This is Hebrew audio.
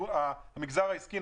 המגזר העסקי,